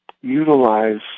utilize